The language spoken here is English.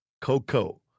Coco